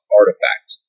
artifact